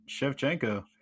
Shevchenko